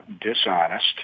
dishonest